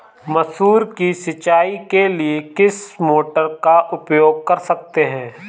मसूर की सिंचाई के लिए किस मोटर का उपयोग कर सकते हैं?